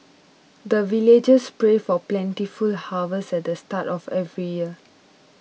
the villagers pray for plentiful harvest at the start of every year